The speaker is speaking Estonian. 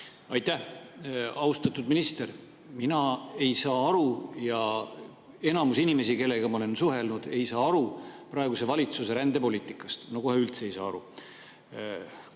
Aitäh! Austatud minister! Mina ei saa aru ja enamus inimesi, kellega ma olen suhelnud, ei saa aru praeguse valitsuse rändepoliitikast. No kohe üldse ei saa aru.